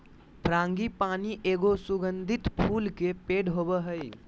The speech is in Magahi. फ्रांगीपानी एगो सुगंधित फूल के पेड़ होबा हइ